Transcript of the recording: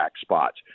spots